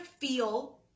feel